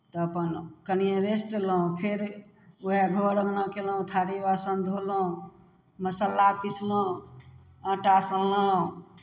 तऽ अपन कनिए रेस्टलहुँ फेर उएह घर अङ्गना कयलहुँ थारी बासन धोलहुँ मसाला पिसलहुँ आँटा सनलहुँ